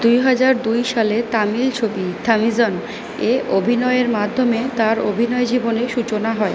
দুই হাজার দুই সালে তামিল ছবি থামিজান এ অভিনয়ের মাধ্যমে তার অভিনয় জীবনে সূচনা হয়